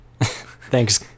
Thanks